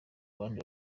abandi